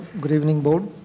good evening, board.